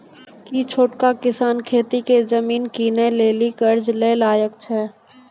कि छोटका किसान खेती के जमीन किनै लेली कर्जा लै के लायक छै?